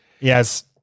Yes